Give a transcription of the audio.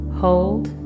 hold